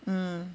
mm